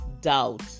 doubt